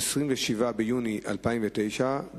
27 ביולי 2009,